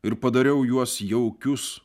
ir padariau juos jaukius